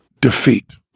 defeat